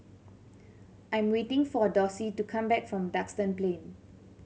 I'm waiting for Dossie to come back from Duxton Plain